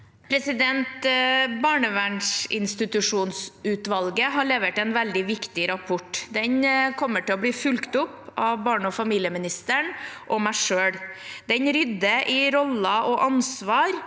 Barnevernsin- stitusjonsutvalget har levert en veldig viktig rapport. Den kommer til å bli fulgt opp av barne- og familieministeren og meg selv. Den rydder i roller og ansvar,